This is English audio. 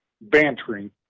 bantering